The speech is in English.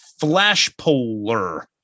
Flashpolar